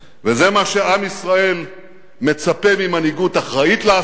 וזה מה שעם ישראל מצפה ממנהיגות אחראית לעשות,